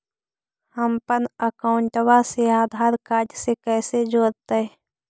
हमपन अकाउँटवा से आधार कार्ड से कइसे जोडैतै?